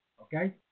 okay